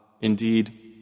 Indeed